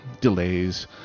delays